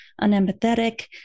unempathetic